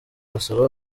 basaba